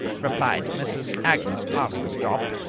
replied mrs. agnes parsons jopp,